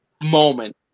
moment